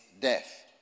death